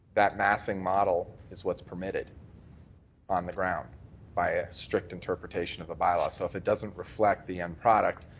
that massing model is what's permitted on the ground by a strict interpretation of the bylaw. so if it doesn't reflect the end product,